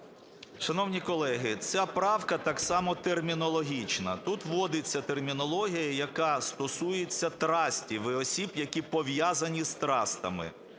Шановні колеги, ця правка так само термінологічна. Тут вводиться термінологія, яка стосується трастів і осіб, які пов'язані з трастами.